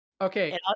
Okay